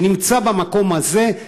שנמצא במקום הזה,